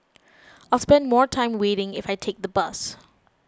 I'll spend more time waiting if I take the bus